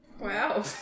Wow